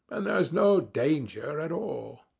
and there's no danger at all.